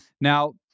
Now